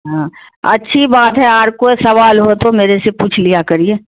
ہاں اچھی بات ہے اور کوئی سوال ہو تو میرے سے پوچھ لیا کریے